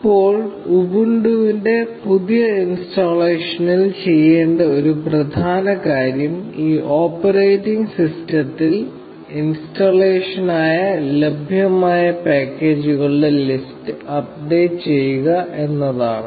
ഇപ്പോൾ ഉബുണ്ടുവിന്റെ പുതിയ ഇൻസ്റ്റാളേഷനിൽ ചെയ്യേണ്ട ഒരു പ്രധാന കാര്യം ഈ ഓപ്പറേറ്റിംഗ് സിസ്റ്റത്തിൽ ഇൻസ്റ്റാളേഷനായി ലഭ്യമായ പാക്കേജുകളുടെ ലിസ്റ്റ് അപ്ഡേറ്റ് ചെയ്യുക എന്നതാണ്